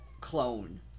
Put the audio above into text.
Clone